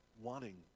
wanting